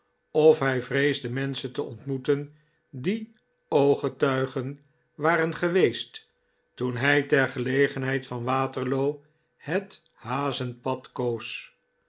of hij vreesde menschen te ontmoeten die ooggetuigen waren geweest toen hij ter gelegenheid van waterloo het hazenpad koos